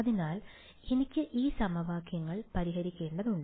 അതിനാൽ എനിക്ക് ഈ സമവാക്യങ്ങൾ പരിഹരിക്കേണ്ടതുണ്ട്